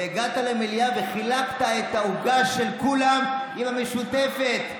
הגעת למליאה וחילקת את העוגה של כולם עם המשותפת,